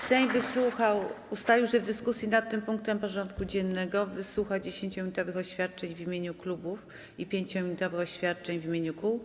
Sejm ustalił, że w dyskusji nad tym punktem porządku dziennego wysłucha 10-minutowych oświadczeń w imieniu klubów i 5-minutowych oświadczeń w imieniu kół.